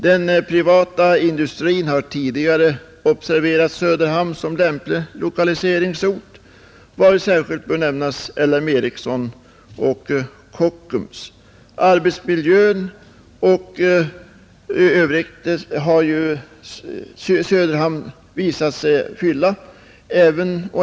Den privata industrin har tidigare observerat Söderhamn som lämplig lokaliseringsort. Här kan särskilt nämnas LM Ericsson och Kockums. Beträffande arbetsmiljö och trivsel i övrigt fyller Söderhamn också de uppställda kraven.